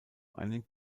einen